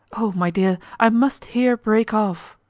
o, my dear, i must here break off!